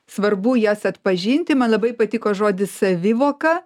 svarbu jas atpažinti man labai patiko žodis savivoka